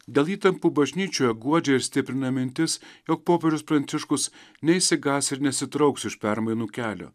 dėl įtampų bažnyčioje guodžia ir stiprina mintis jog popiežius pranciškus neišsigąs ir nesitrauks iš permainų kelio